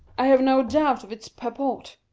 i have no doubt of its purport.